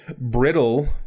brittle